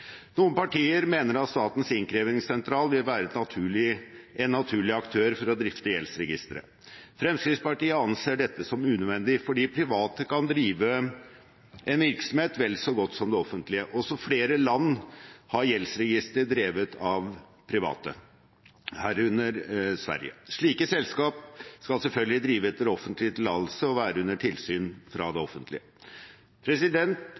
Noen partier mener at Statens innkrevingssentral vil være en naturlig aktør for å drifte gjeldsregistret. Fremskrittspartiet anser dette som unødvendig fordi private kan drive en virksomhet vel så godt som det offentlige. Flere land har gjeldsregister drevet av private, herunder Sverige. Slike selskap skal selvfølgelig drive etter offentlig tillatelse og være under tilsyn fra det